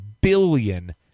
billion